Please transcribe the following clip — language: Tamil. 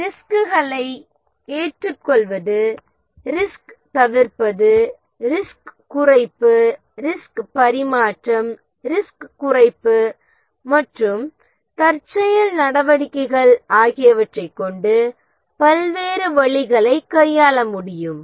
ரிஸ்குகளை ஏற்றுக்கொள்வது ரிஸ்க்கை தவிர்ப்பது ரிஸ்க்கை குறைப்பு ரிஸ்க்கை பரிமாற்றம் செய்வது ரிஸ்க்கை குறைப்பது மற்றும் தற்செயலான நடவடிக்கைகள் ஆகியவற்றைக் கொண்டு பல்வேறு வழிகளைக் கையாள முடியும்